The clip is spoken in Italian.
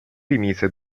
rimise